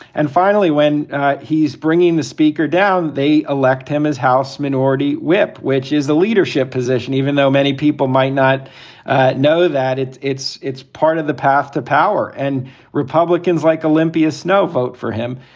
and finally, when he's bringing the speaker down, they elect him as house minority whip, which is the leadership position, even though many people might not know that. it's it's it's part of the path to power. and republicans like olympia snowe vote for him,